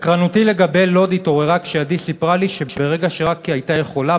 סקרנותי לגבי לוד התעוררה כשעדי סיפרה לי שברגע שרק הייתה יכולה,